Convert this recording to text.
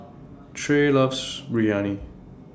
Tre loves Biryani